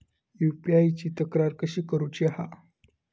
UPI ची तक्रार कशी करुची हा?